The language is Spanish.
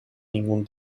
ningún